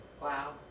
Wow